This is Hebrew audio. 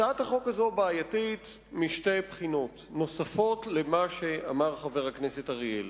הצעת החוק הזאת בעייתית משתי בחינות נוספות על מה שאמר חבר הכנסת אריאל.